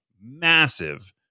massive